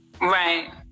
Right